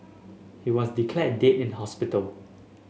he was declared dead in hospital